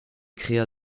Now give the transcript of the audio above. créa